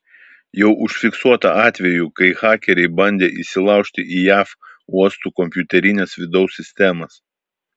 jau užfiksuota atvejų kai hakeriai bandė įsilaužti į jav uostų kompiuterines vidaus sistemas